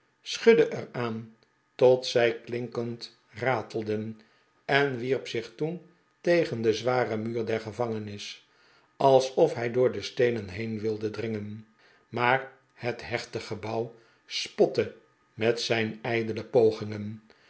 schudde er aan tot zij klinkend ratelden en wierp zich toen tegen den zwaren muur der gevangenis alsof hij door de steenen heen wilde dringen maar het hechte gebouw spotte met zijn ijdele pogingen